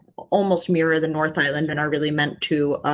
almost mirror the north island, and i really meant to